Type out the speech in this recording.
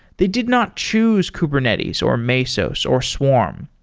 they did not choose kubernetes, or mesos, or swarm.